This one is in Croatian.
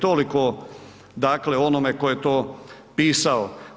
Toliko dakle o onome tko je to pisao.